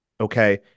okay